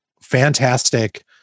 fantastic